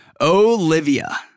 Olivia